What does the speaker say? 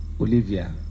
Olivia